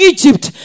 Egypt